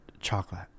chocolate